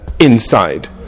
inside